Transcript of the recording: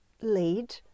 lead